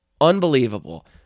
Unbelievable